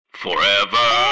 forever